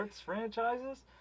franchises